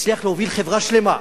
הצליח להוביל חברה שלמה,